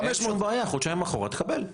אין שום בעיה, חודשיים אחורה תקבל.